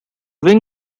wing